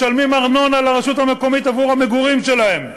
משלמים ארנונה לרשות המקומית עבור המגורים שלהם,